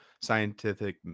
scientific